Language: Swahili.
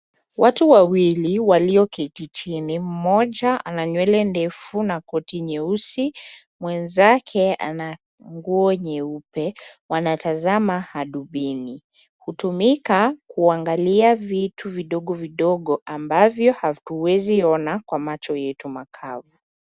Watu wawili walioketi chini mmoja ana nywele ndefu na koti nyeusi. Mwenzake ana nguo nyeupe wanatazama hadubini. Hutumika kuangalia vitu vidogo vidogo ambavyo hatuwezi ona kwa macho yetu makavu.